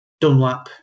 Dunlap